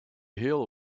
hill